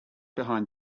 behind